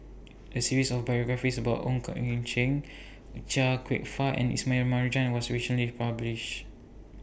A series of biographies about Ong Keng Chia Kwek Fah and Ismail Marjan was recently published